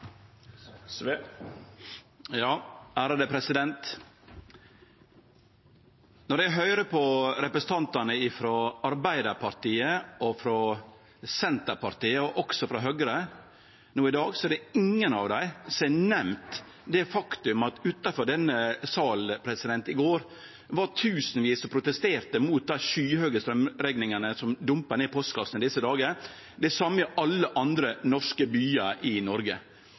Når eg høyrer på representantane frå Arbeidarpartiet, Senterpartiet og også frå Høgre no i dag, er det ingen av dei som har nemnt det faktum at utanfor denne salen i går var det tusenvis som protesterte mot dei skyhøge straumrekningane som dumpar ned i postkassene i desse dagar. Det same skjer i alle andre byar i Noreg.